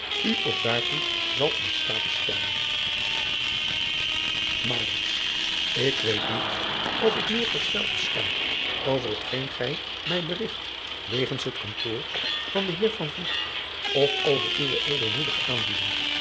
u ook daartoe zal in staat stellen k weet niet of ik meer versteld sta over hetgeen gij mij berigt wegens het kantoor van den eer of over uwe edelmoedige aanbieding